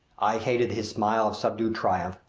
i hated his smile of subdued triumph,